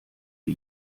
wir